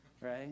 right